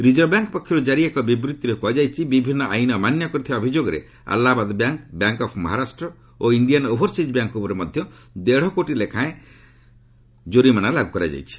reserve bank ପକ୍ଷରୁ କାରି ଏକ ବିବୃତ୍ତିରେ କୁହାଯାଇଛି ବିଭିନ୍ନ ଆଇନ ଅମାନ୍ୟ କରିଥିବା ଅଭିଯୋଗରେ Allahabad bank bank of Maharashtra ଓ ଇଣ୍ଡିଆନ୍ ଓଭରସିଜ୍ ବ୍ୟାଙ୍କ୍ ଉପରେ ମଧ୍ୟ ଦେଢ଼ କୋଟି ଟଙ୍କା ଲେଖାଏଁ ଜରିମାନା ଲାଗୁ କରିଛି